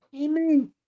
Amen